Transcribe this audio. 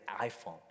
iPhone